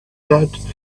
that